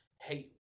hey